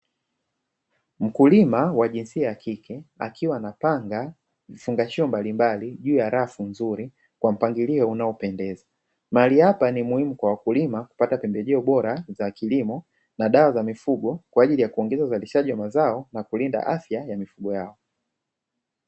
Mkulima wa jinsia ya kike, akiwa anapanga vifungashio mbalimbali juu ya rafu nzuri kwa mpangilio unaopendeza. Mahali hapa ni muhimu kwa wakulima kupata pembejeo bora za kilimo na dawa za mifugo kwa ajili ya kuongeza uzalishaji wa mazao na kulinda afya ya mifugo yao.